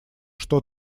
что